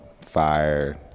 fire